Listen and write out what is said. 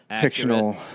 fictional